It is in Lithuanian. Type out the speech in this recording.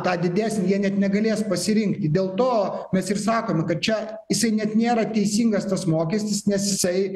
tą didesnį jie net negalės pasirinkti dėl to mes ir sakom kad čia jisai net nėra teisingas tas mokestis nes jisai